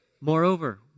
Moreover